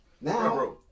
Now